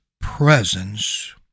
presence